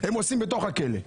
הם עושים בתוך הכלא.